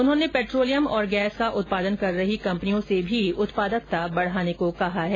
उन्होंने पेट्रोलियम और गैस का उत्पादन कर रही कंपनियों से भी उत्पादकता बढ़ाने को कहा है